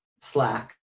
Slack